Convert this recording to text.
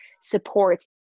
support